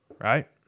right